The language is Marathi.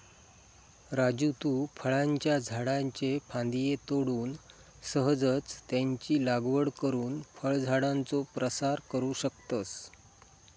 राजू तु फळांच्या झाडाच्ये फांद्ये तोडून सहजच त्यांची लागवड करुन फळझाडांचो प्रसार करू शकतस